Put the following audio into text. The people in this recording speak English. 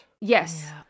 yes